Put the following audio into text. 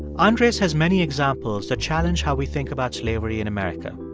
andres has many examples to challenge how we think about slavery in america.